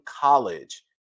college